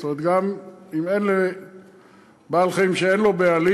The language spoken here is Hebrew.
זאת אומרת, גם בעל-חיים שאין לו בעלים,